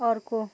अर्को